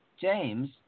James